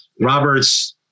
Roberts